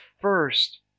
first